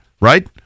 right